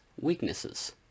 weaknesses